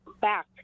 back